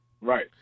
Right